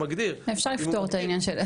אפשר לפתור את העניין של זה.